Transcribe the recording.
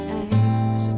eyes